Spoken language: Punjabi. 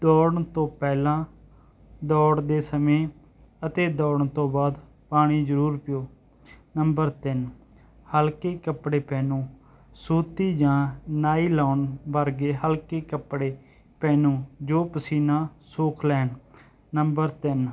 ਦੌੜਨ ਤੋਂ ਪਹਿਲਾਂ ਦੌੜਨ ਦੇ ਸਮੇਂ ਅਤੇ ਦੌੜਨ ਤੋਂ ਬਾਅਦ ਪਾਣੀ ਜ਼ਰੂਰ ਪੀਓ ਨੰਬਰ ਤਿੰਨ ਹਲਕੇ ਕੱਪੜੇ ਪਹਿਨੋ ਸੂਤੀ ਜਾਂ ਨਾਈਲੋਨ ਵਰਗੇ ਹਲਕੇ ਕੱਪੜੇ ਪਹਿਨੋ ਜੋ ਪਸੀਨਾ ਸੋਖ ਲੈਣ ਨੰਬਰ ਤਿੰਨ